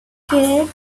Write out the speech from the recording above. scared